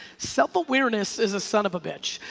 self awareness is a son of a bitch.